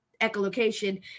echolocation